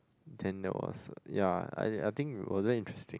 ten year olds ya I I think it wasn't interesting